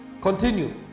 continue